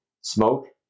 smoke